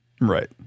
right